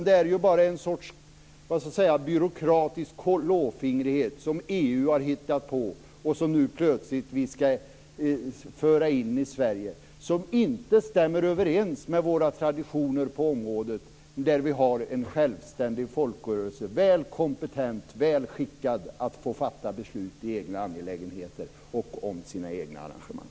Det här är bara en sorts byråkratisk klåfingrighet som EU har hittat på och som vi nu plötsligt skall föra in i Sverige. Detta stämmer inte överens med våra traditioner på området där vi har en självständig folkrörelse väl kompetent, väl skickad att fatta beslut i sina egna angelägenheter och om sina egna arrangemang.